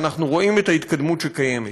ואנחנו רואים את ההתקדמות שקיימת.